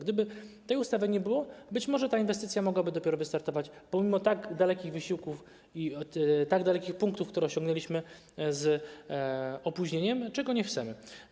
Gdyby tej ustawy nie było, być może ta inwestycja mogłaby dopiero wystartować pomimo tak dalekich wysiłków i tak dalekich punktów, które osiągnęliśmy, z opóźnieniem, czego nie chcemy.